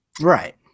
Right